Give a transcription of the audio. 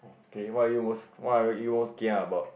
okay what are you most what are you most kia about